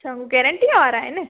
अच्छा उहे गैरंटीअ वारा आहिनि